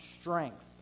strength